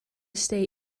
stay